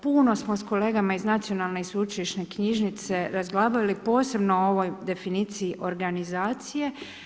Puno smo s kolega iz nacionalne i sveučilišne knjižnice razglabali posebno o ovoj definiciji organizacije.